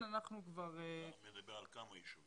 רונן ואלכס תמיד